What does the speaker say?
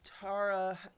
Tara